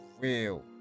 real